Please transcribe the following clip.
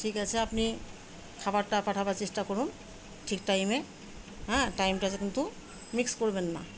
ঠিক আছে আপনি খাবারটা পাঠাবার চেষ্টা করুন ঠিক টাইমে হ্যাঁ টাইমটা কিন্তু মিক্স করবেন না